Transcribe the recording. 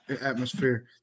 atmosphere